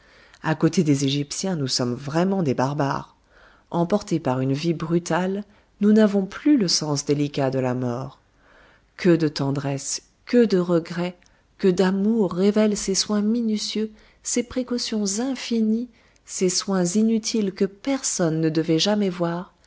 à côté des égyptiens nous sommes vraiment des barbares emportés par une vie brutale nous n'avons plus le sens délicat de la mort que de tendresse que de regrets que d'amour révèlent ces soins minutieux ces précautions infinies ces soins inutiles que personne ne devait jamais voir